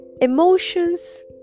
Emotions